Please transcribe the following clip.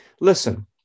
Listen